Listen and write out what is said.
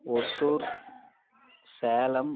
Hosur Salem